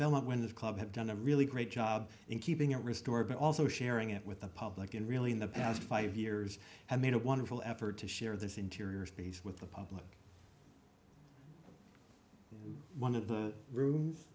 bell when the club have done a really great job in keeping it restored but also sharing it with the public and really in the past five years have made a wonderful effort to share this interior space with the public one of the rooms